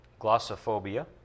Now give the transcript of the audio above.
Glossophobia